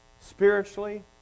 spiritually